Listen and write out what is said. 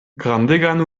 grandegan